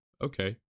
okay